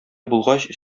булгач